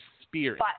spirit